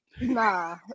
Nah